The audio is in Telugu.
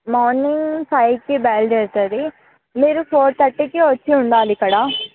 మార్నింగ్ ఫైవ్కి బయలుదేరుతుంది మీరు ఫోర్ థర్టీకి వచ్చుండాలి ఇక్కడ